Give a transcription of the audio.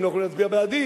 לא יכולים להצביע בעדי,